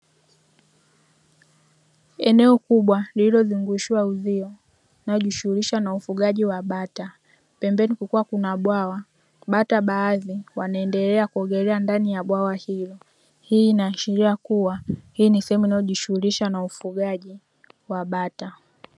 Eneo kubwa lililozungushiwa uzio, linalojishughulisha na ufugaji wa bata. Pembeni kukiwa kuna bwawa, bata baadhi wanaendelea kuogelea ndani ya bwawa hilo. Hii inaashiria kuwa hii ni sehemu inayojihusisha na ufugaji wa bata.